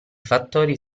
fattori